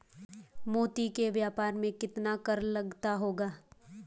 मोती के व्यापार में कितना कर लगता होगा?